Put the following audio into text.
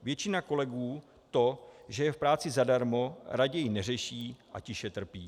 Většina kolegů to, že je v práci zadarmo, raději neřeší a tiše trpí.